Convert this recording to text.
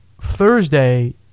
Thursday